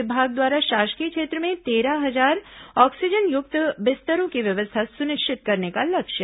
विभाग द्वारा शासकीय क्षेत्र में तेरह हजार ऑक्सीजनयुक्त बिस्तरों की व्यवस्था सुनिश्चित करने का लक्ष्य है